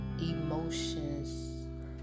emotions